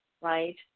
right